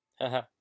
Haha